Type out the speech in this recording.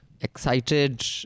excited